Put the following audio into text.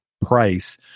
price